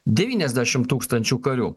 devyniasdešim tūkstančių karių